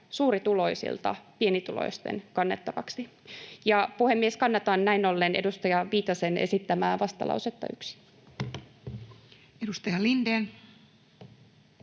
suurituloisilta pienituloisten kannettavaksi. Puhemies! Kannatan näin ollen edustaja Viitasen esittämää vastalausetta 1. [Speech